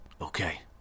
Okay